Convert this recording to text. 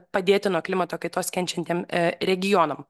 padėti nuo klimato kaitos kenčiantiem a regionam